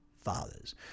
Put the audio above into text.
fathers